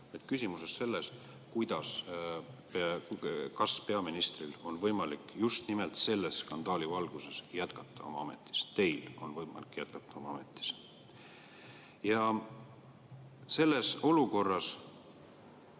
küsimus oli selles, kas peaministril on võimalik just nimelt selle skandaali valguses jätkata oma ametis, kas teil on võimalik jätkata oma ametis. Selles olukorras